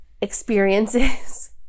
experiences